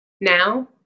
Now